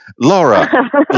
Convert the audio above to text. Laura